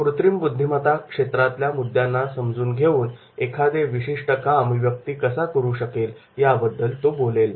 कृत्रिम बुद्धिमत्ता क्षेत्रातल्या मुद्द्यांना समजून घेऊन एखादे विशिष्ट काम व्यक्ती कसा करू शकेल याबद्दल तो बोलेल